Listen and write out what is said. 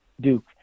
Duke